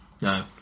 No